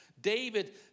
David